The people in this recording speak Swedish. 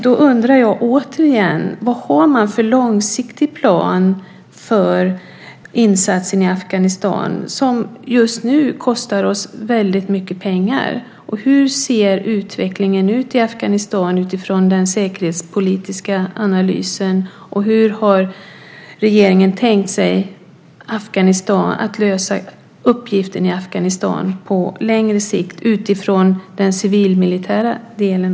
Då undrar jag återigen: Vad har man för långsiktig plan för insatsen i Afghanistan som just nu kostar oss väldigt mycket pengar? Hur ser utvecklingen ut i Afghanistan utifrån den säkerhetspolitiska analysen, och hur har regeringen tänkt att lösa uppgiften i Afghanistan på längre sikt också utifrån den civilmilitära delen?